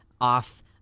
off